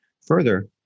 Further